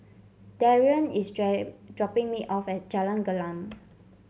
Darrian is dropping me off at Jalan Gelam